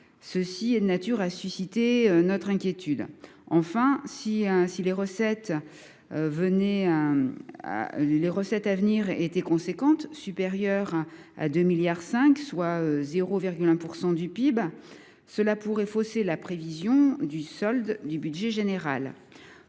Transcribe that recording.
qui est de nature à susciter notre inquiétude. Ensuite, si les recettes à venir étaient supérieures à 2,5 milliards d’euros, soit 0,1 % du PIB, cela pourrait fausser la prévision du solde budgétaire général.